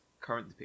Current